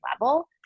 level